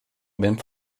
wenn